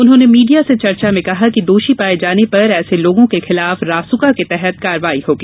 उन्होंने मीडिया से चर्चा में कहा कि दोषी पाए जाने पर ऐसे लोगों के खिलाफ रासुका के तहत कार्रवाई होगी